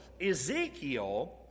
Ezekiel